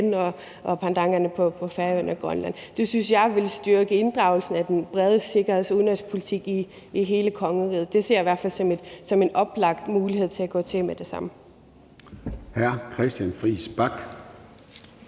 og pendanterne på Færøerne og i Grønland. Det synes jeg ville styrke inddragelsen af den brede sikkerheds- og udenrigspolitik i hele kongeriget. Det ser jeg i hvert fald som en oplagt mulighed, der er til at gå til med det samme.